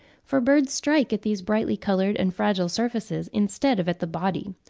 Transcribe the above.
for birds strike at these brightly coloured and fragile surfaces, instead of at the body.